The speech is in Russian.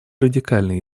радикальные